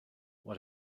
what